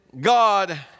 God